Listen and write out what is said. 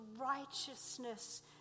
righteousness